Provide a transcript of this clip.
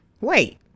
Wait